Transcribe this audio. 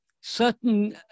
certain